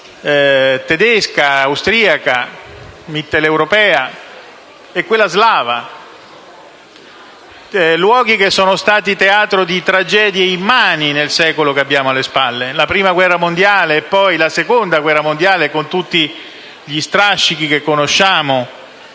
tedesca-austriaca-mitteleuropea e quella slava. Si tratta di luoghi che sono stati teatro di tragedie immani nel secolo che abbiamo alle spalle: la Prima guerra mondiale e poi la Seconda guerra mondiale, con tutti gli strascichi che conosciamo